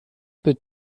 peut